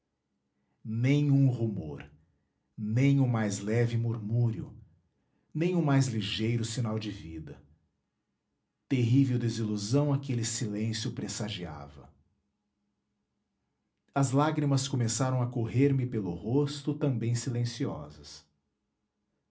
um rumor nem o mais leve murmúrio nem o mais ligeiro sinal de vida terrível desilusão aquele silêncio pressagiava as lágrimas começaram a correr me pelo rosto também silenciosas